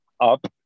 up